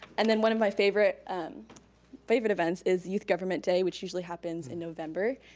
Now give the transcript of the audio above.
and then one of my favorite um favorite events is youth government day, which usually happens in november.